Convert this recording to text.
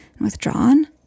withdrawn